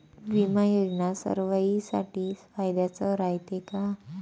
बिमा योजना सर्वाईसाठी फायद्याचं रायते का?